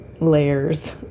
layers